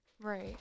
Right